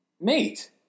mate